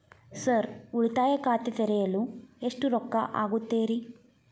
Sir ಉಳಿತಾಯ ಖಾತೆ ತೆರೆಯಲು ಎಷ್ಟು ರೊಕ್ಕಾ ಆಗುತ್ತೇರಿ?